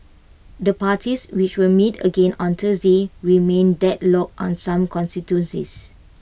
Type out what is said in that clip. the parties which will meet again on Thursday remain deadlocked on some constituencies